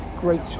great